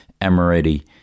Emirati